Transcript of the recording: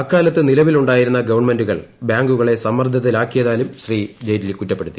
അക്കാലത്ത് നിലവിലുണ്ടായിരുന്ന ഗവൺമെന്റുകൾ ബാങ്കുകളെ സമ്മർദ്ദത്തിലാക്കിയതായും ജെയ്റ്റ്ലീ കുറ്റപ്പെടുത്തി